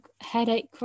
headache